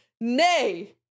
nay